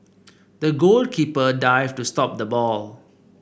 the goalkeeper dived to stop the ball